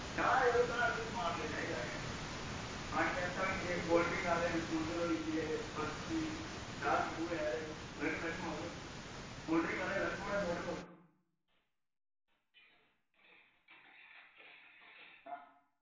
आं यरो घर ते समान चाहिदा गै पानी आह्ले होइये कोल्ड ड्रिंक आह्ले होइये बाकी चाह् आह्ले जेह्के मतलब कोल्ड ड्रिंक आह्ले अलग होने थुआढ़े कोल